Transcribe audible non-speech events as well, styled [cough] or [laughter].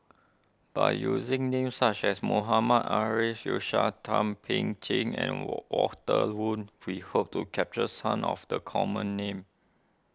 by using names such as Mohammad Arif Suhaimi Thum Ping Tjin and [noise] Walter Woon we hope to capture some of the common names